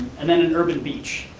and then an urban beach.